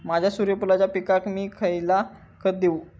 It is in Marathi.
माझ्या सूर्यफुलाच्या पिकाक मी खयला खत देवू?